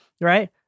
right